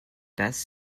best